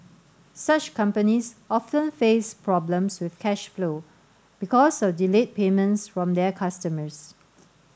such companies often face problems with cash flow because of delayed payments from their customers